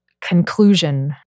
conclusion